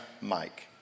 Mike